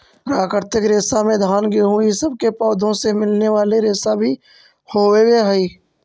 प्राकृतिक रेशा में घान गेहूँ इ सब के पौधों से मिलने वाले रेशा भी होवेऽ हई